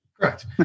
Correct